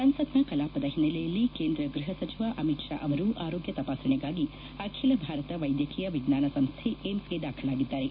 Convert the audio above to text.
ಸಂಸತ್ನ ಕಲಾಪದ ಹಿನ್ನೆಲೆಯಲ್ಲಿ ಕೇಂದ್ರ ಗ್ರಹ ಸಚವ ಅಮಿತ್ ಶಾ ಅವರು ಆರೋಗ್ಗ ತಪಾಸಣೆಗಾಗಿ ಅಖಿಲ ಭಾರತ ವೈದ್ಯಕೀಯ ವಿಜ್ಞಾನ ಸಂಸ್ನೆ ಏಮ್ಗೆ ದಾಖಲಾಗಿದ್ದಾರೆ